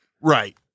Right